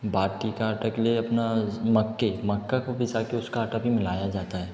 बाटी का आटा के लिए अपना मक्के मक्के को पिसा के उसका आटा भी मिलाया जाता है